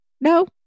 no